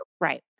Right